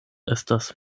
estas